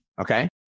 okay